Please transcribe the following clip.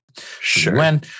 Sure